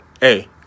hey